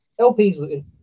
LPs